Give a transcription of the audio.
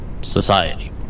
society